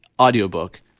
audiobook